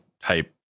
type